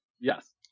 Yes